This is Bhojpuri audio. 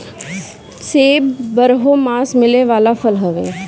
सेब बारहोमास मिले वाला फल हवे